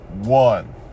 one